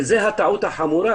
ואז זו הטעות החמורה,